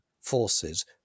forces